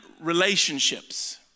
relationships